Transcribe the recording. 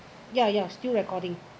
ya ya still recording